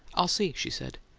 i'll see, she said.